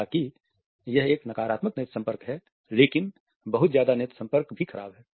हालांकि यह एक नकारात्मक नेत्र संपर्क है लेकिन बहुत ज्यादा नेत्र संपर्क भी खराब है